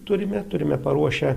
turime turime paruošę